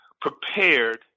prepared